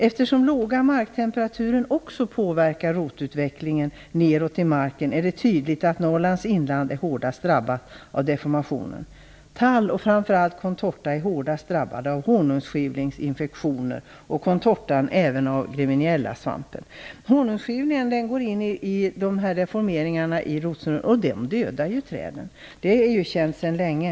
Eftersom låga marktemperaturer också påverkar rotutvecklingen neråt i marken är det tydligt att Norrlands inland blir hårdast drabbat av deformationer. Tall och framför allt contorta är hårdast drabbade av honungsskivlingsinfektioner och contortan även av andra svampar. Honungsskivlingen går in i deformeringarna och dödar träden. Det är känt sedan länge.